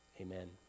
Amen